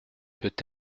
peut